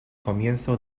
comienzo